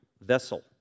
vessel